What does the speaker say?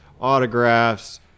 autographs